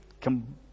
come